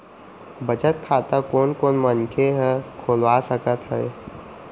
बचत खाता कोन कोन मनखे ह खोलवा सकत हवे?